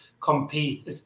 compete